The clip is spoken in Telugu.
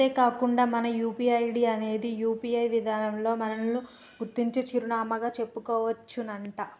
అంతేకాకుండా మన యూ.పీ.ఐ ఐడి అనేది యూ.పీ.ఐ విధానంలో మనల్ని గుర్తించే చిరునామాగా చెప్పుకోవచ్చునంట